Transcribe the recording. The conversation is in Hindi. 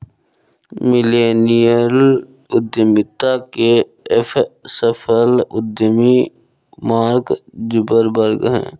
मिलेनियल उद्यमिता के एक सफल उद्यमी मार्क जुकरबर्ग हैं